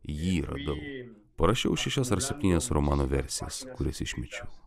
jį radau parašiau šešias ar septynias romano versijas kurias išmečiau